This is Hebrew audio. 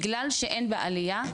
בגלל שאין בה עלייה,